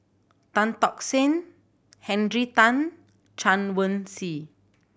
Tan Tock San Henry Tan Chen Wen Hsi